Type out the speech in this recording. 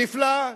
נפלא.